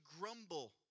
grumble